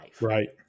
Right